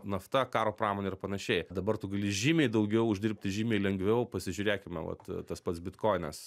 nafta karo pramonė ir panašiai dabar tu gali žymiai daugiau uždirbti žymiai lengviau pasižiūrėkime vat tas pats bitkoinas